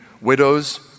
widows